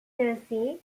jersey